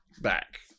back